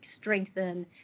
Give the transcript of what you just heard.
strengthen